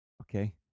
Okay